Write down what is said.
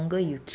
ya